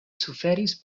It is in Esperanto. suferis